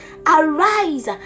Arise